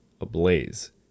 ablaze